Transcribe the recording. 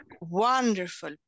wonderful